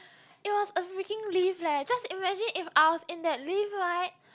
it was a freaking lift leh just imagine if I was in that lift [right]